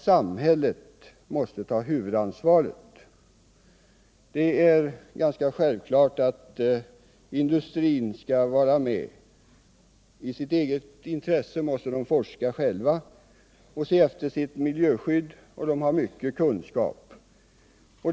Samhället måste ta huvudansvaret. Det är ganska självklart att industrin skall vara med. I sitt eget intresse måste industrin själv bedriva forskningar och se efter sitt miljöskydd. Den har stora kunskaper.